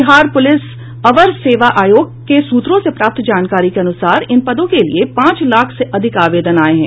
Bihar police अवर सेवा आयोग के सूत्रों से प्राप्त जानकारी के अनुसार इन पदों के लिये पांच लाख से अधिक आवेदन आये हैं